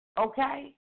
Okay